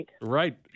Right